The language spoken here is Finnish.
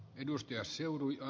arvoisa puhemies